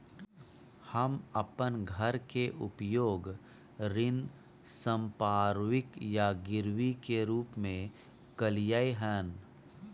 हम अपन घर के उपयोग ऋण संपार्श्विक या गिरवी के रूप में कलियै हन